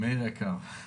מאיר היקר,